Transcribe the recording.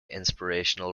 inspirational